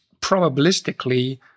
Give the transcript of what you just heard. probabilistically